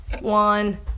one